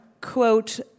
quote